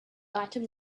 item